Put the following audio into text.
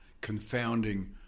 confounding